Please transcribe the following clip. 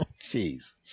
Jeez